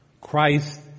Christ